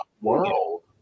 World